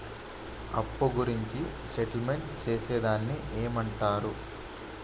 అప్పు గురించి సెటిల్మెంట్ చేసేదాన్ని ఏమంటరు?